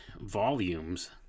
volumes